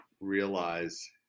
realize